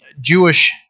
Jewish